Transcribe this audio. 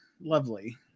lovely